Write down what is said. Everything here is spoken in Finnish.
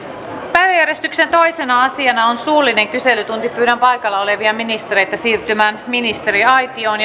päiväjärjestyksen toisena asiana on suullinen kyselytunti pyydän paikalla olevia ministereitä siirtymään ministeriaitioon